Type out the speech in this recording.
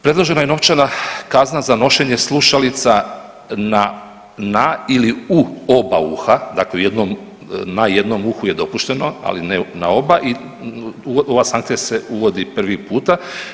Predložena je novčana kazna za nošenje slušalica na ili u oba uha, dakle na jednom uhu je dopušteno, ali ne na oba i ova sankcija se uvodi prvi puta.